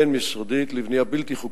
השנייה, תוקפו של חוק